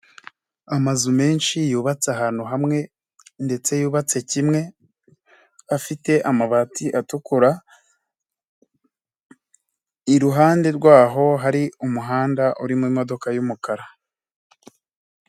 Amazu menshi yubatse ahantu hamwe ndetse yubatse kimwe afite amabati atukura, iruhande rwaho hari umuhanda urimo imodoka y'umukara.